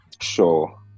Sure